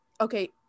okay